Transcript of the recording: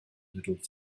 bit